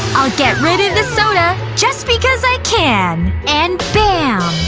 i'll get rid of the sona just because i can and fail